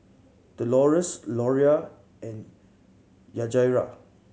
Dolores Loria and Yajaira